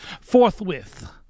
forthwith